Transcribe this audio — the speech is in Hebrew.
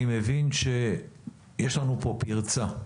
אני מבין שיש לנו פה פרצה,